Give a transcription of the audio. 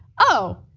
oh,